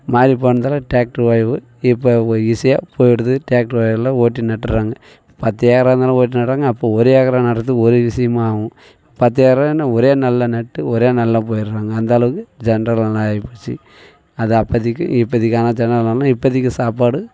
மாறிப்போனதால tractor உராய்வு இப்போ ஒ ஈசியாக போயிடுது ட்ராக்டர் எல்லாம் ஓட்டி நடுறாங்க பத்து ஏக்கராக இருந்தாலும் ஓட்டி நடுறாங்க அப்போ ஒரே ஏக்கராக நடுறதுக்கு ஒரு விஷயமும் ஆகும் பத்து ஏக்கராக என்ன ஒரே நாளில் நட்டு ஒரே நாளில் போய்டுறாங்க அந்த அளவுக்கு ஜென்ரல் நல்லா ஆகிப்போச்சி அது அப்போதிக்கு இப்போதிக்கான ஜெனரல்னால இப்போதிக்கான சாப்பாடு